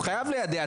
הוא חייב ליידע,